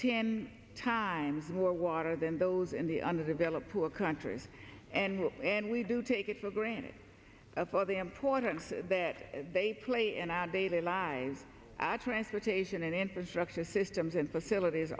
ten times more water than those in the underdeveloped poor countries and we do take it for granted for the importance that they play in our daily lives transportation and infrastructure systems and facilities